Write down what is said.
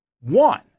One